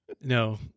No